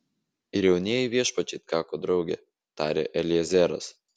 ir jaunieji viešpačiai atkako drauge tarė eliezeras